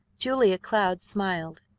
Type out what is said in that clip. julia cloud smiled.